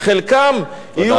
חלקם יהיו,